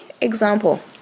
example